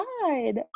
god